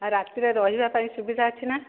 ଆଉ ରାତିରେ ରହିବା ପାଇଁ ସୁବିଧା ଅଛି ନା